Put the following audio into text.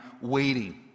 waiting